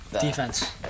Defense